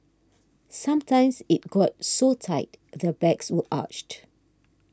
sometimes it got so tight their backs were arched